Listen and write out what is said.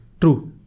true